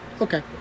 Okay